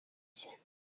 cye